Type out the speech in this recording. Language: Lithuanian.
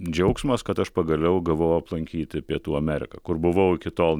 džiaugsmas kad aš pagaliau gavau aplankyti pietų ameriką kur buvau iki tol